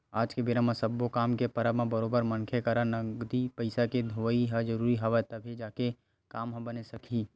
आज के बेरा म सब्बो काम के परब म बरोबर मनखे करा नगदी पइसा के होवई ह जरुरी हवय तभे जाके काम ह बने सकही